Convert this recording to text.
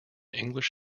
english